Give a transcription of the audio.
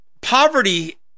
poverty